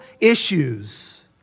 issues